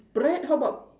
bread how about